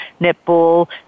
netball